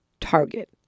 target